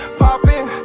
popping